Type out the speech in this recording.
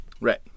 Right